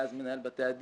שהיה אז מנהל בתי הדין,